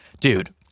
dude